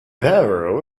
barrow